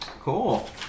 Cool